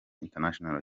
international